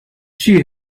she